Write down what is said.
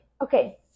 okay